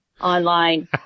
Online